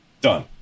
done